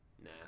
nah